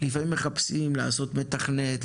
לפעמים מחפשים לעשות מתכנת,